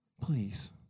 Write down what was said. Please